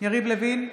יריב לוין,